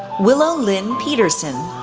willow lynn peterson,